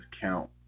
count